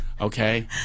Okay